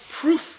proof